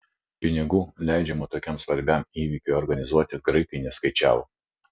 pinigų leidžiamų tokiam svarbiam įvykiui organizuoti graikai neskaičiavo